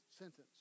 sentence